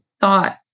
thought